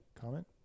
Comment